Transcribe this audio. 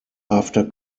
after